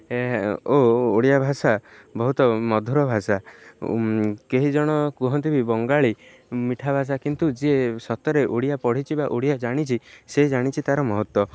ଓ ଓଡ଼ିଆ ଭାଷା ବହୁତ ମଧୁର ଭାଷା କେହିଜଣେ କୁହନ୍ତି ବି ବଙ୍ଗାଳୀ ମିଠା ଭାଷା କିନ୍ତୁ ଯିଏ ସତରେ ଓଡ଼ିଆ ପଢ଼ିଛିି ବା ଓଡ଼ିଆ ଜାଣିଛି ସେ ଜାଣିଛି ତା'ର ମହତ୍ତ୍ଵ